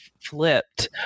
flipped